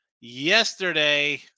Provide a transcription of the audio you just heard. yesterday